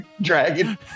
dragon